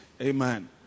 amen